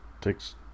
takes